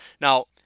Now